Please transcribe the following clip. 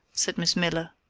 said miss miller.